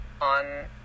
on